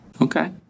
Okay